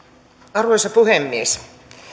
arvoisa puhemies